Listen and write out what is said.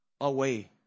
away